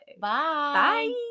Bye